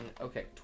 Okay